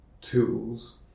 tools